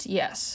yes